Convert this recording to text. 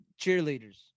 cheerleaders